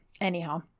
anyhow